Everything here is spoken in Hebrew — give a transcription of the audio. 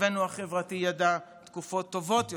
מצבנו החברתי ידע תקופות טובות יותר,